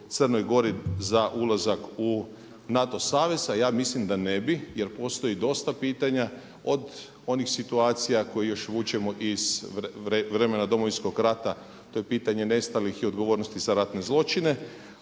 Crnoj Gori za ulazak u NATO savez. A ja mislim da ne bi jer postoji dosta pitanja od onih situacija koje još vučemo iz vremena Domovinskog rata, to je pitanje nestalih i odgovornosti za ratne zločine.